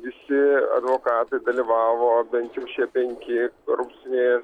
visi advokatai dalyvavo bent jau šie penki korupcinėje